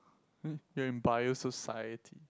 you're in bio society